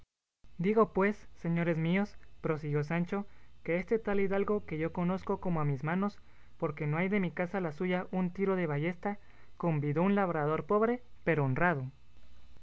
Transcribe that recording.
digo pues señores míos prosiguió sancho que este tal hidalgo que yo conozco como a mis manos porque no hay de mi casa a la suya un tiro de ballesta convidó un labrador pobre pero honrado